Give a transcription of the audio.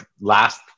last